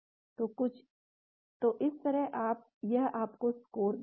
तो इस तरह यह आप को स्कोर देता है